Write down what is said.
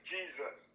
Jesus